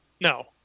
No